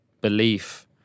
belief